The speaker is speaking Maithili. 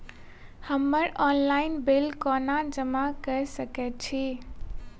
हम्मर ऑनलाइन बिल कोना जमा कऽ सकय छी?